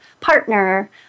partner